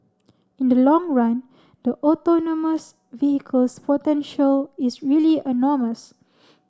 in the long run the autonomous vehicles potential is really enormous